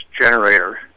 generator